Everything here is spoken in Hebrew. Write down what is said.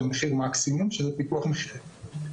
מחיר מקסימום של פיקוח מחירים,